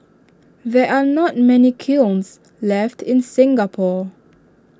there are not many kilns left in Singapore